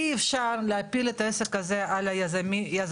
אי אפשר להפיל את העסק הזה על היזמים,